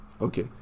Okay